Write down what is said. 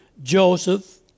Joseph